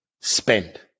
spend